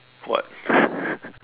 what